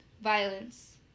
violence